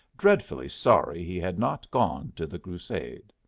dreadfully sorry he had not gone to the crusade.